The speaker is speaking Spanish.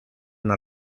una